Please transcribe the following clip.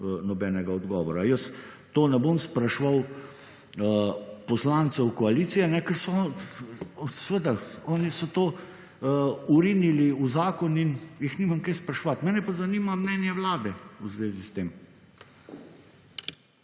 (nadaljevanje) Jaz to ne bom spraševal poslancev koalicije, ker seveda oni so to vrnili v zakon in jih nimam kaj spraševati. Mene pa zanima mnenje Vlade v zvezi s tem.